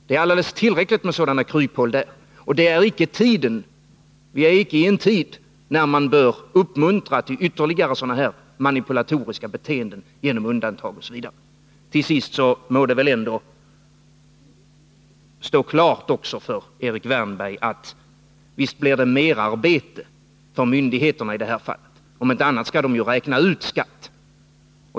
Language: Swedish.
Det är alldeles tillräckligt med sådana kryphål, och vi lever icke i en tid då man bör uppmuntra till ytterligare sådana här manipulatoriska beteenden genom undantag osv. Till sist må det väl ändå stå klart också för Erik Wärnberg att det blir mera arbete för myndigheterna i det här fallet — om inte annat skall de ju räkna ut skatt.